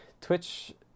Twitch